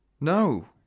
No